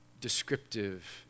descriptive